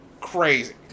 crazy